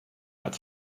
but